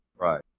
Right